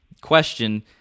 question